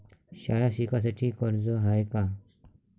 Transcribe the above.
शाळा शिकासाठी कर्ज हाय का?